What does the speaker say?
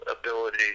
ability